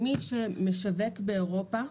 מי שמשווק באירופה,